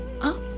up